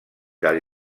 del